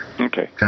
okay